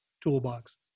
toolbox